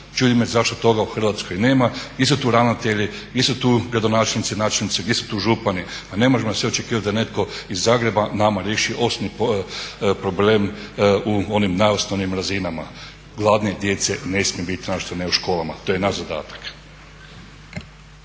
Čudi me zašto toga u Hrvatskoj nema. Gdje su tu ravnatelji, gdje su tu gradonačelnici, načelnici, gdje su tu župani? Pa ne možemo svi očekivati da netko iz Zagreba nama riješi osnovni problem u onim najosnovnijim razinama. Gladne djece ne smije biti naročito ne u školama. To je naš zadatak.